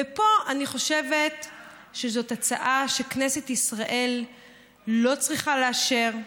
ופה אני חושבת שזאת הצעה שכנסת ישראל לא צריכה לאשר,